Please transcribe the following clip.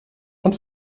und